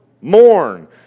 mourn